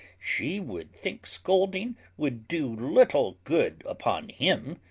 she would think scolding would do little good upon him.